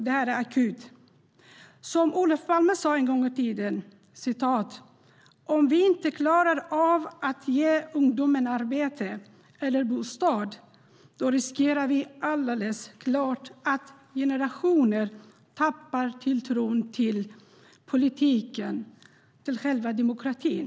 Det är akut. Olof Palme sa en gång i tiden: Om vi inte klarar av att ge ungdomen arbete och bostad riskerar vi alldeles klart att generationer tappar tilltron till politiken och till själva demokratin.